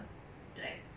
ya so